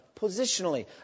positionally